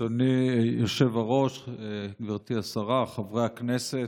אדוני היושב-ראש, גברתי השרה, חברי הכנסת,